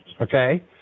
okay